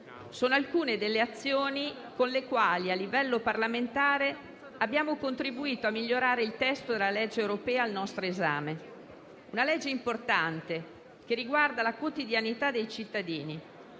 sono alcune delle azioni con le quali, a livello parlamentare, abbiamo contribuito a migliorare il testo della legge europea al nostro esame. Una legge importante, che riguarda la quotidianità dei cittadini;